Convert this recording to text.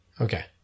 Okay